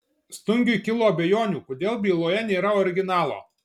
stungiui kilo abejonių kodėl byloje nėra originalo